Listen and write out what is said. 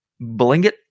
Blingit